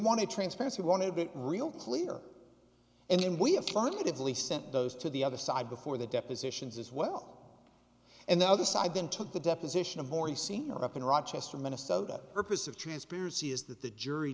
wanted transparency wanted it real clear and then we have targeted really sent those to the other side before the depositions as well and the other side then took the deposition of maurice sr up in rochester minnesota purpose of transparency is that the jury